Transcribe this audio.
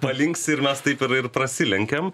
palinksi ir mes taip ir ir prasilenkiam